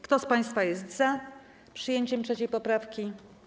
Kto z państwa jest za przyjęciem 3. poprawki?